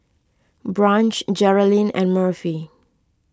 Branch Jerilyn and Murphy